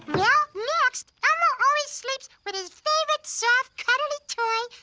yeah next elmo always sleeps with his favorite soft cuddly toy,